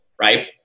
right